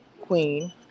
queen